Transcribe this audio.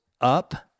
up